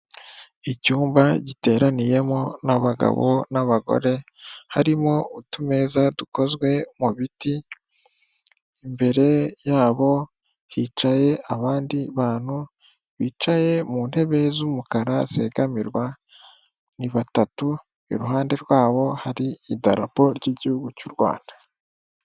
Icyumba giteraniyemo abagabo n'abagore, harimo utumeza dukozwe mu biti, imbere yabo hicaye abandi bantu, bicaye mu ntebe z'umukara, zegamirwa, ni batatu, iruhande rwabo hari idarapo ry'igihugu cy'u Rwanda.